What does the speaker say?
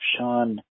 Sean